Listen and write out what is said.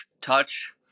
touch